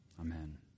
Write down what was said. Amen